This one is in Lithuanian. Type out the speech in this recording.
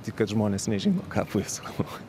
tai kad žmonės nežino ką buvai sugalvojęs